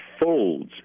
folds